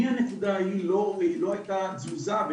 מהנקודה הזו לא היתה תזוזה.